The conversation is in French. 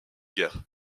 guerre